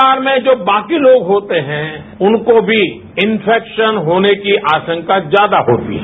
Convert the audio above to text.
परिवार में जो बाकी लोग होते हैं जनको भी इन्फेक्शन होने की आशंका ज्यादा होती है